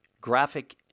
graphic